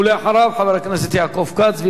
ואחריו, חבר הכנסת יעקב כץ.